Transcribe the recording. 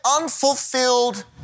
unfulfilled